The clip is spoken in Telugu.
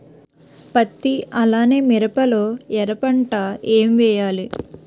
పత్తి అలానే మిరప లో ఎర పంట ఏం వేయాలి?